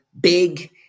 big